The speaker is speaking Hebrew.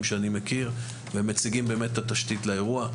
שאני מכיר ומציגים את התשתית לאירוע.